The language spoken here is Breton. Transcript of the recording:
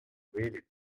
welet